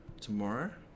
tomorrow